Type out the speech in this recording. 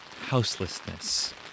houselessness